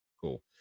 cool